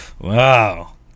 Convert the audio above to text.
Wow